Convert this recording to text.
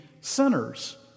sinners